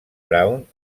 brown